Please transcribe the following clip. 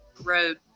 Road